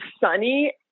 sunny